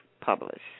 publish